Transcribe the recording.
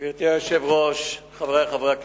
גברתי היושבת-ראש, חברי חברי הכנסת,